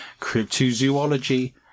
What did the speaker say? cryptozoology